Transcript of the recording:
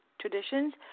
traditions